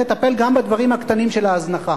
תטפל גם בדברים הקטנים של ההזנחה.